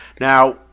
Now